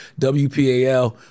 WPAL